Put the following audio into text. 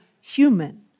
human